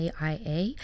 AIA